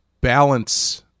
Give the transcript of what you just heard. balance